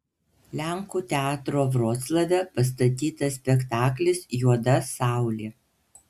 lenkų teatro vroclave pastatytas spektaklis juoda saulė